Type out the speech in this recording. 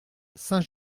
saint